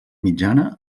mitjana